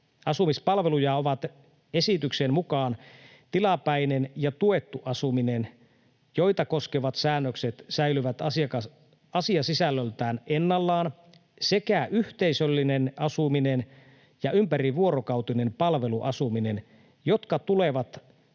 Asumispalveluja ovat esityksen mukaan tilapäinen ja tuettu asuminen, joita koskevat säännökset säilyvät asiasisällöltään ennallaan, sekä yhteisöllinen asuminen ja ympärivuorokautinen palveluasuminen, jotka tulevat